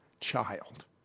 child